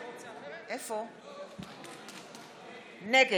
נגד דסטה גדי יברקן, בעד היבה יזבק, נגד